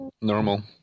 normal